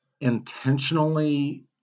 intentionally